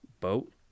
boat